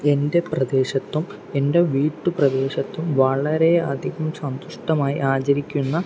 എൻ്റെ പ്രദേശത്തും എൻ്റെ വീട്ടു പ്രദേശത്തും വളരെ അധികം സന്തുഷ്ടമായി ആചരിക്കുന്ന